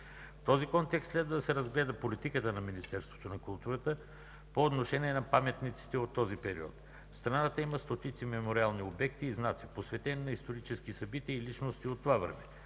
този контекст следва да се разгледа политиката на Министерството на културата по отношение на паметниците от този период. В страната има стотици мемориални обекти и знаци, посветени на исторически събития и личности от това време,